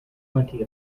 plenty